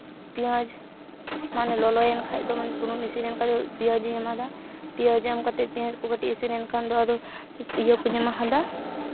ᱯᱮᱸᱭᱟᱡᱽ ᱢᱟᱱᱮ ᱞᱚᱞᱚᱭᱮᱱ ᱠᱷᱟᱱ ᱫᱚ ᱥᱩᱱᱩᱢ ᱤᱥᱤᱱᱮᱱ ᱠᱷᱟᱱ ᱫᱚ ᱯᱮᱸᱭᱟᱡᱤᱧ ᱮᱢ ᱟᱫᱟ ᱯᱮᱸᱭᱟᱡᱽ ᱮᱢ ᱠᱟᱛᱮᱫ ᱯᱮᱸᱭᱟᱡᱽ ᱠᱚ ᱠᱟᱹᱴᱤᱡ ᱤᱥᱤᱱ ᱮᱱᱠᱷᱟᱱ ᱫᱚ ᱟᱫᱚ ᱤᱭᱟᱹ ᱠᱚᱧ ᱮᱢᱟ ᱟᱫᱟ